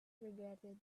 regretted